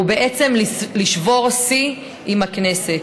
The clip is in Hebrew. ובעצם לשבור שיא של הכנסת.